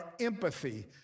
empathy